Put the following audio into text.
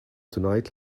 tonight